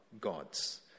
gods